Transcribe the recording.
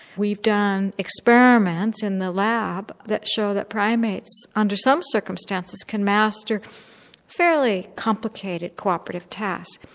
we've done experiments in the lab that show that primates under some circumstances can master fairly complicated cooperative tasks.